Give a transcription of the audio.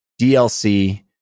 DLC